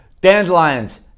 Dandelions